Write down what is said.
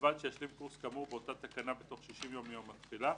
ובלבד שישלים קורס כאמור באותה תקנה בתוך 60 ימים מיום התחילה.